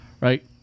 right